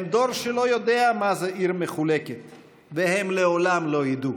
הם דור שלא יודע מה זה עיר מחולקת והם לעולם לא ידעו.